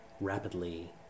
rapidly